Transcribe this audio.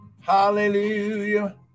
Hallelujah